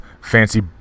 fancy